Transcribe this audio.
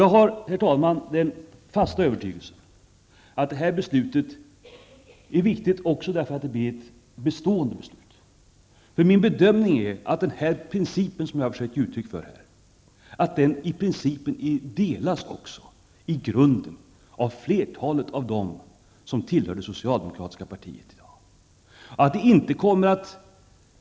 Jag har, herr talman, den fasta övertygelsen att detta beslut är viktigt också därför att det blir ett bestående beslut. Min bedöming är att den princip som jag här har försökt att ge uttryck för i grunden delas av flertalet av dem som tillhör det socialdemokratiska partiet i dag.